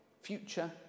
future